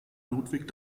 ludwig